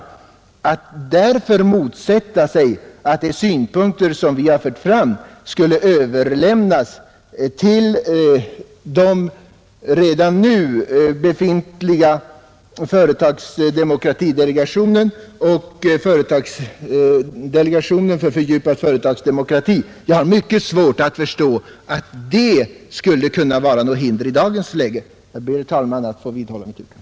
Jag har därför svårt att förstå att det skulle föreligga något hinder för att överlämna de synpunkter vi har fört fram till de redan befintliga företagsdemokratidelegationen och delegationen för förvaltningsdemokrati. Jag ber, herr talman, att få vidhålla mitt yrkande.